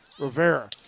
Rivera